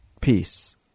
peace